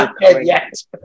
yes